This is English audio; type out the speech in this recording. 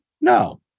No